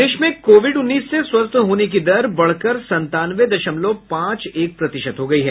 प्रदेश में कोविड उन्नीस से स्वस्थ होने की दर बढ़कर संतानवे दशमलव पांच एक प्रतिशत हो गयी है